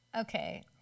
Okay